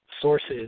sources –